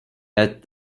add